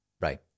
right